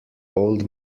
old